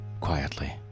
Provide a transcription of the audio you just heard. quietly